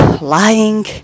lying